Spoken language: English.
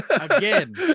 again